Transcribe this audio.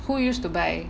who used to buy